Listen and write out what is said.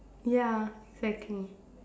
ya exactly